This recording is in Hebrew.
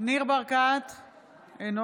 אינה